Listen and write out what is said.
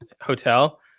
hotel